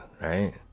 right